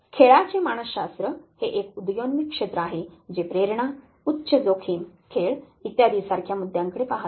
खेळाचे मानसशास्त्र हे एक उदयोन्मुख क्षेत्र आहे जे प्रेरणा उच्च जोखीम खेळ इत्यादि सारख्या मुद्द्यांकडे पाहते